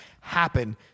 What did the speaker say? happen